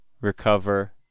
recover